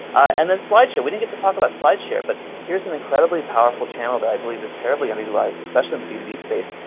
and then slideshare. we didn't get to talk about slideshare. but here's an incredibly powerful channel that i believe is terribly underutilized, especially in the b two b space.